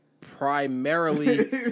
Primarily